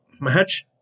match